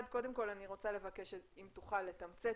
קודם כל אני רוצה לבקש אם תוכל לתמצת